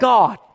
God